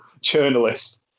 journalist